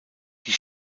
die